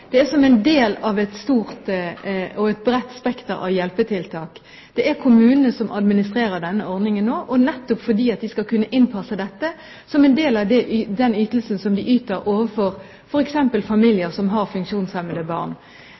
Det er en del av et stort og bredt spekter av hjelpetiltak. Det er kommunene som administrerer denne ordningen nå, nettopp fordi de skal kunne innpasse denne som en del av ytelsene overfor f.eks. familier som har funksjonshemmede barn. Der er det mange: Noen har